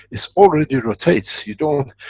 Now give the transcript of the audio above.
it already rotates. you don't,